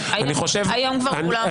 חבל באמת שאין ------ פרופ' חגי לוין,